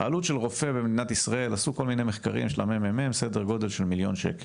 העלות של רופא במדינת ישראל לאחר מחקרים היא סדר גודל של מיליון שקלים,